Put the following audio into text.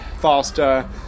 faster